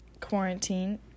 quarantine